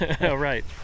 Right